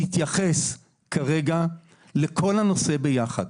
-- שתתייחס כרגע לכל הנושא ביחד,